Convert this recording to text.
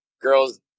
girls